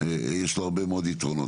יש לו הרבה מאוד יתרונות.